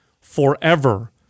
forever